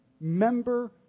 member